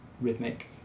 rhythmic